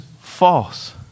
false